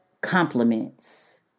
compliments